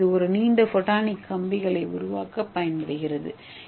எனவே இது ஒரு நீண்ட ஃபோட்டானிக் கம்பிகளை உருவாக்க பயன்படுகிறது